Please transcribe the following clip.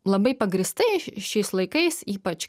labai pagrįstai šiais laikais ypač